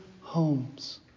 homes